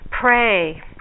Pray